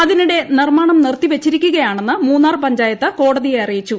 അതിനിടെ നിർമ്മാണം നിർത്തിവച്ചിരിക്കുകയാണെന്ന് മൂന്നാർ പഞ്ചായത്ത് കോടതിയെ അറിയിച്ചു